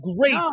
great